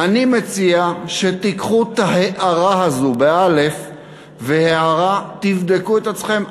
אני מציע שתיקחו את ההארה הזו וההערה ותבדקו את עצמכם.